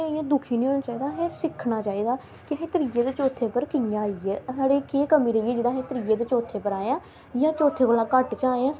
कि पढ़ी लिखी जान जां जे बो ते ओहदी बजह कन्नै सारे गै न्यूज़ा अपने घार जां सारे गै दिक्खी लैंदे ना